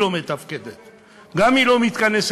שגם היא לא מתפקדת,